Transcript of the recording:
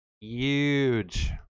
huge